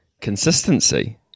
Consistency